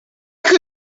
could